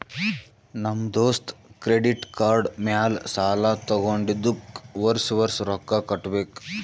ನಮ್ ದೋಸ್ತ credit card ಮ್ಯಾಲ ಸಾಲಾ ತಗೊಂಡಿದುಕ್ ವರ್ಷ ವರ್ಷ ರೊಕ್ಕಾ ಕಟ್ಟಬೇಕ್